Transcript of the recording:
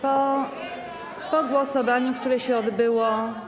Po głosowaniu, które się odbyło.